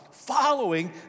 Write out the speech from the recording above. following